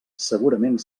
segurament